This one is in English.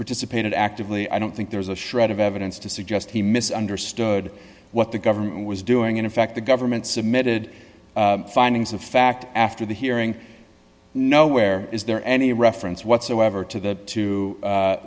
participated actively i don't think there's a shred of evidence to suggest he misunderstood what the government was doing and in fact the government submitted findings of fact after the hearing nowhere is there any reference whatsoever to the to